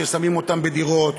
ששמים אותם בדירות,